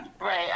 Right